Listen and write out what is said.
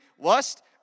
lust